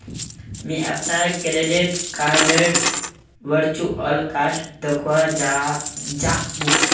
मी अपनार क्रेडिट कार्डडेर वर्चुअल कार्ड दखवा चाह मु